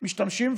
משתמשים,